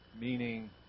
meaning